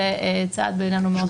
זה צעד חשוב מאוד בעינינו.